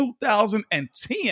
2010